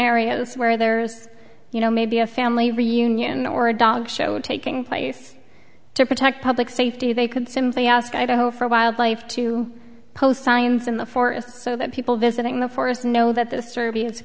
areas where there's you know maybe a family reunion or a dog show taking place to protect public safety they could simply ask idaho for wildlife to post signs in the forest so that people visiting the forest know that th